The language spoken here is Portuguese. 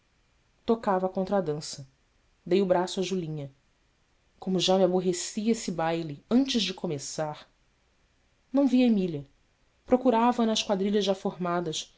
amor tocava a contradança dei o braço a julinha como já me aborrecia esse baile antes de começar não via emília procurava a nas quadrilhas já formadas